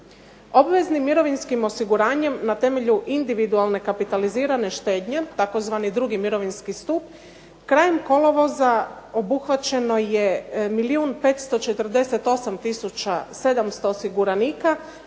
Obveznim mirovinskim osiguranjem na temelju individualne kapitalizirane štednje, tzv. drugi mirovinski stup krajem kolovoza obuhvaćeno je milijun 548 tisuća 700 osiguranika